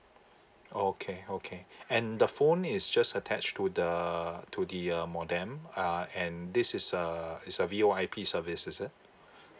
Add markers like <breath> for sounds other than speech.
oh okay okay <breath> and the phone is just attach to the to the um modem uh and this is a it's a V_V_I_P service is it <breath>